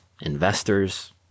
investors